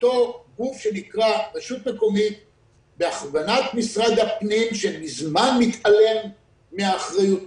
אותו גוף שנקרא רשות מקומית בהכוונת משרד הפנים שמזמן מתעלם מאחריותו